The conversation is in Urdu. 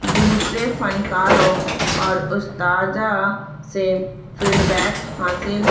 دوسرے فنکاروں اور استاذہ سے فیڈ بیک حاصل